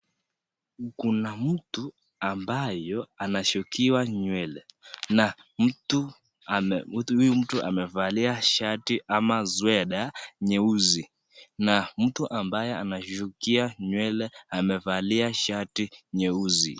Kuna mtu ambayo anashukishwa nywele na mtu huyu amevalia shati ama sweta nyeusi, na mtu ambaye anashukia nywele amevalia shati nyeusi.